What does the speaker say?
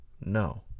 no